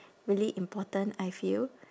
really important I feel